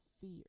fear